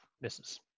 misses